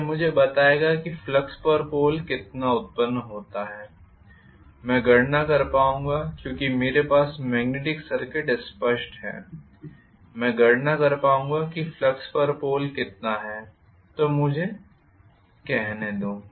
तो यह मुझे बताएगा कि फ्लक्स पर पोल कितना उत्पन्न होता है मैं गणना कर पाऊंगा क्योंकि मेरे पास मेग्नेटिक सर्किट स्पष्ट है मैं गणना कर पाऊंगा कि फ्लक्स पर पोल कितना है तो मुझे कहने दो